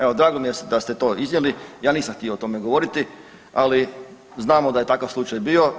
Evo drago mi je da ste to iznijeli, ja nisam htio o tome govoriti, ali znamo da je takav slučaj bio.